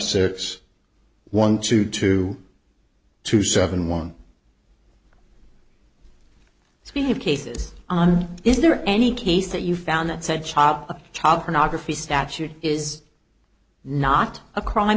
six one two two two seven one speaking of cases on is there any case that you found that said cha cha pornography statute is not a crime